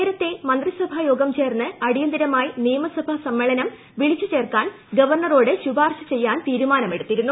നേരത്തെ മന്ത്രിസഭായോഗം ചേർന്ന് അട്ടിയന്തിരമായി നിയമസഭാ സമ്മേളനം വിളിച്ചു ചേർക്കാൻ ഗവർണ്ണറോട് ശുപാർശ ചെയ്യാൻ തീരുമാനമെടുത്തിരുന്നു